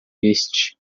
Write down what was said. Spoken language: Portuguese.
este